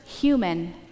human